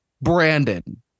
Brandon